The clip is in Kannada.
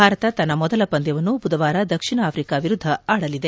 ಭಾರತ ತನ್ನ ಮೊದಲ ಪಂದ್ಯವನ್ನು ಬುಧವಾರ ದಕ್ಷಿಣ ಆಫ್ರಿಕಾ ವಿರುದ್ದ ಆಡಲಿದೆ